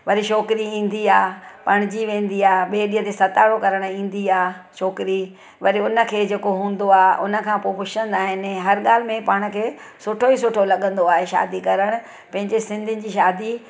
वरी छोकिरी ईंदी आहे परिणिजी वेंदी आहे ॿे ॾींहं ते सताविड़ो करणु ईंदी आहे छोकिरी वरी हुनखे जेको हूंदो आहे छोकिरी हुनखां पोइ पुछंदा आहिनि हर ॻाल्हि में पाण खे सुठो ई सुठो लॻंदो आहे पाण खे शादी करणु पंहिंजे सिंधियुनि जी शादी